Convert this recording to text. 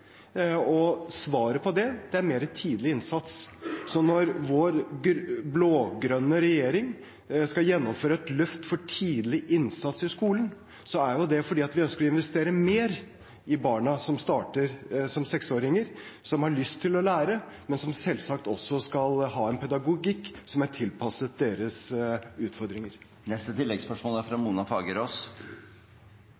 og regne. Og svaret på det er mer tidlig innsats. Så når vår blå-grønne regjering skal gjennomføre et løft for tidlig innsats i skolen, er det fordi vi ønsker å investere mer i barna som starter som seksåringer, som har lyst til å lære, men som selvsagt også skal ha en pedagogikk som er tilpasset deres utfordringer.